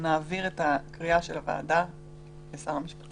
נעביר את הקריאה של הוועדה לשר המשפטים.